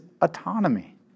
autonomy